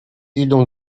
idą